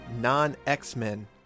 non-X-Men